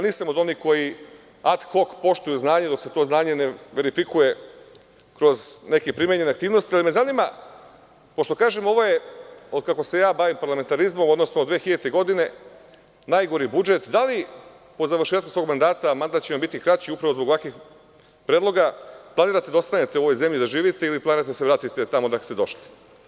Nisam od onih koji ad hok poštuju znanje, dok se to znanje ne verifikuje kroz neke primenjene aktivnosti, ali me zanima, pošto kažem ovo je otkako se bavim parlamentarizmom, odnosno 2000. godine, najgori budžet, da li po završetku svog mandata, mandat će vam biti kraći upravo zbog ovakvih predloga, da li planirate da ostanete u ovoj zemlji, da živite ili planirate da se vratite tamo odakle ste došli?